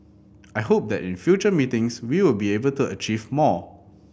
I hope that in future meetings we will be able to achieve more